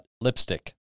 lipstick